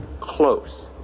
close